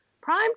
Prime